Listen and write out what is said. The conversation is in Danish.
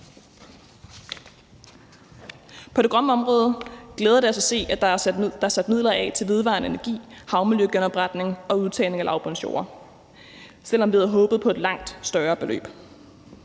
På det grønne område glæder det os at se at der er sat midler af til vedvarende energi, havmiljøgenopretning og udtagning af lavbundsjorder, selv om vi havde håbet på et langt større beløb.